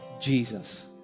Jesus